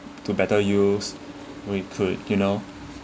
to better use we could you know